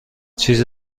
چیزی